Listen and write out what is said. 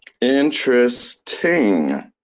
Interesting